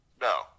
No